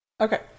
Okay